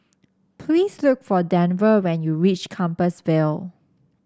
please look for Denver when you reach Compassvale